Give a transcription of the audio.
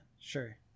sure